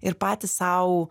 ir patys sau